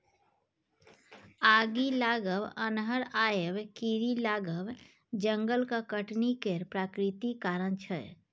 आगि लागब, अन्हर आएब, कीरी लागब जंगलक कटनी केर प्राकृतिक कारण छै